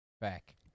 back